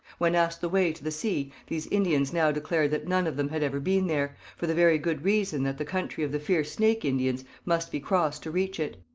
when asked the way to the sea these indians now declared that none of them had ever been there, for the very good reason that the country of the fierce snake indians must be crossed to reach it.